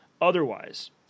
otherwise